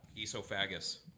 Esophagus